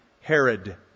Herod